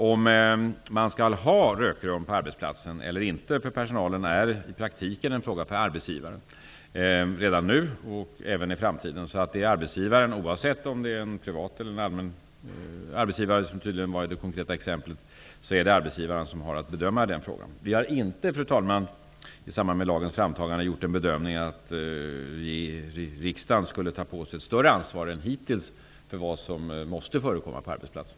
Om det skall finnas rökrum eller inte på en arbetsplats för personalen är i praktiken redan nu en fråga för arbetsgivaren och kommer att vara det även i framtiden. Oavsett om det är fråga om en privat eller en allmän arbetsgivare -- som det tydligen är i det konkreta exemplet -- är det arbetsgivaren som har att bedöma frågan. Fru talman! Vi har inte i samband med framtagandet av lagen gjort bedömningen att riksdagen skall ta på sig ett större ansvar än hittills för vad som måste förekomma på arbetsplatserna.